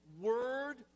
word